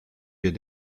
wir